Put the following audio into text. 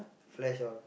flash all